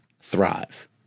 thrive